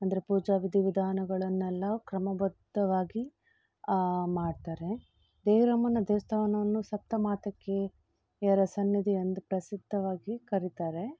ಅಂದರೆ ಪೂಜಾ ವಿಧಿ ವಿಧಾನಗಳನ್ನೆಲ್ಲ ಕ್ರಮಬದ್ಧವಾಗಿ ಮಾಡ್ತಾರೆ ದೇವೀರಮ್ಮನ ದೇವಸ್ಥಾನವನ್ನು ಸಪ್ತಮಾತೃಕೆಯರ ಸನ್ನಿಧಿ ಎಂದು ಪ್ರಸಿದ್ಧವಾಗಿ ಕರಿತಾರೆ